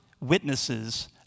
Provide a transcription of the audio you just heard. witnesses